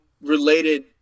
related